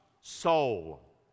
soul